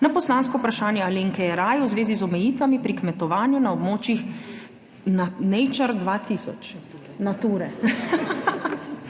na poslansko vprašanje Alenke Jeraj v zvezi z omejitvami pri kmetovanju na območjih Nature [izgovorjeno: nejčr]